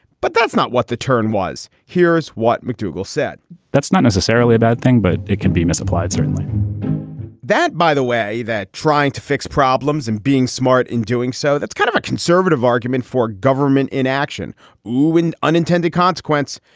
but that's not what the turn was. here's what mcdougal's said that's not necessarily a bad thing, but it can be misapplied certainly that, by the way, that trying to fix problems and being smart in doing so, that's kind of a conservative argument for government inaction and unintended consequence.